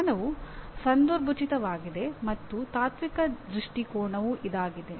ಜ್ಞಾನವು ಸಂದರ್ಭೋಚಿತವಾಗಿದೆ ಎಂಬ ತಾತ್ವಿಕ ದೃಷ್ಟಿಕೋನವೂ ಇದಾಗಿದೆ